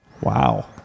Wow